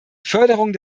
förderung